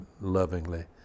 lovingly